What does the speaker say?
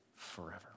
Forever